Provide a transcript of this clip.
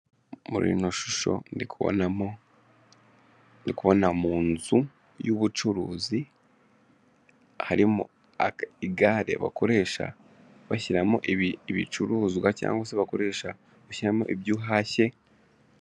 Muri ino shusho ndiku kubonamo , ndikubona mu nzu y'ubucuruzi harimo igare bakoresha bashyiramo ibicuruzwa cyangwa se bakoresha ushyiramo ibyoyu uhashye.